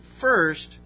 first